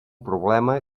problema